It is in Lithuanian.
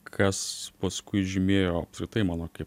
kas paskui žymėjo apskritai mano kaip